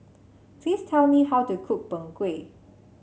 please tell me how to cook Png Kueh